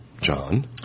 John